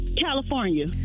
California